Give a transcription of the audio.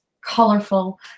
colorful